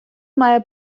має